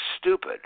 stupid